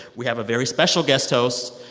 we have a very special guest host.